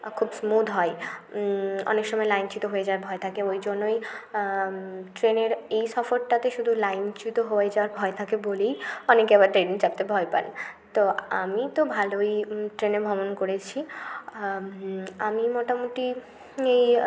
খুব স্মুদ হয় অনেক সময় লাইনচ্যুত হয়ে যাওয়ার ভয় থাকে ওই জন্যই ট্রেনের এই সফরটাতে শুধু লাইনচ্যুত হয়ে যাওয়ার ভয় থাকে বলেই অনেকে আবার ট্রেনে চাপতে ভয় পান তো আমি তো ভালোই ট্রেনে ভ্রমণ করেছি আমি মোটামুটি এই